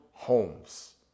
homes